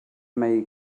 mei